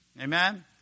Amen